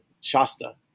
Shasta